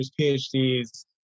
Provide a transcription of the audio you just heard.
PhDs